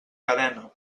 cadena